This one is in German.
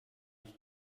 ich